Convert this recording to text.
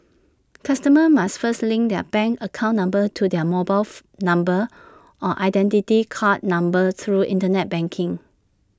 customers must first link their bank account number to their mobile number or Identity Card numbers through Internet banking